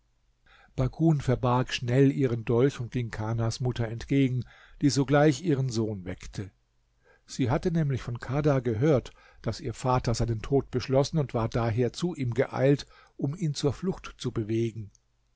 bakun verbarg schnell ihren dolch und ging kanas mutter entgegen die sogleich ihren sohn weckte sie hatte nämlich von kadha gehört daß ihr vater seinen tod beschlossen und war daher zu ihm geeilt um ihn zur flucht zu bewegen